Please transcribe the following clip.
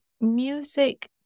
music